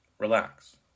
Relax